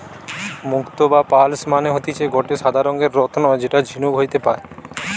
মুক্তো বা পার্লস মানে হতিছে গটে সাদা রঙের রত্ন যেটা ঝিনুক হইতে পায়